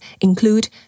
include